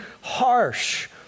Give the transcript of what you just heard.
harsh